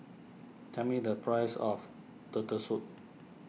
tell me the price of Turtle Soup